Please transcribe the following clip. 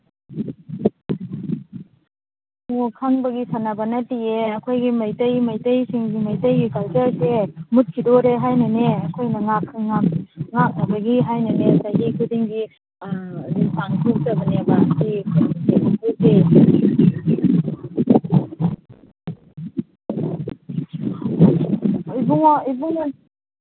ꯑꯣ ꯈꯪꯕꯒꯤ ꯁꯥꯟꯅꯕ ꯅꯠꯇꯤꯌꯦ ꯑꯩꯈꯣꯏꯒꯤ ꯃꯩꯇꯩ ꯃꯩꯇꯩꯁꯤꯡꯒꯤ ꯃꯩꯇꯩꯒꯤ ꯀꯜꯆꯔꯁꯦ ꯃꯨꯠꯈꯤꯗꯧꯔꯦ ꯍꯥꯏꯅꯅꯦ ꯑꯩꯈꯣꯏꯅ ꯉꯥꯛꯅꯕꯒꯤ ꯍꯥꯏꯅꯅꯦ ꯆꯍꯤ ꯈꯨꯗꯤꯡꯒꯤ ꯑꯗꯨꯝ ꯄꯥꯡꯊꯣꯛꯆꯕꯅꯦꯕ ꯁꯤꯒꯤ ꯀꯩꯅꯣꯁꯦ ꯑꯩꯈꯣꯏꯁꯦ ꯏꯕꯨꯡꯉꯣ ꯏꯕꯨꯡꯉꯣ